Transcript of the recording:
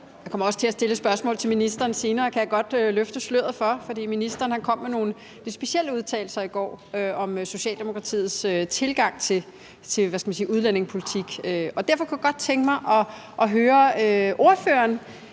Jeg kommer også til at stille et spørgsmål til ministeren senere, kan jeg godt løfte sløret for, for ministeren kom med nogle lidt specielle udtalelser i går om Socialdemokratiets tilgang til udlændingepolitik, men jeg kunne også godt tænke mig at høre ordføreren